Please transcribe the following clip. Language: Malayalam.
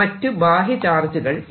മറ്റു ബാഹ്യ ചാർജുകൾ ഇല്ല